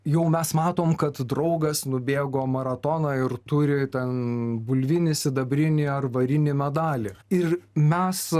jau mes matom kad draugas nubėgo maratoną ir turi ten bulvinį sidabrinį ar varinį medalį ir mes